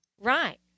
Right